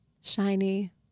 shiny